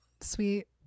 sweet